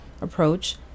approach